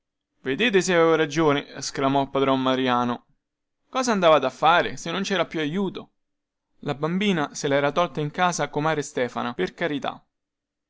vedete se avevo ragione esclamò padron mariano cosa andavate a fare se non cera più aiuto la bambina se lera tolta in casa comare stefana per carità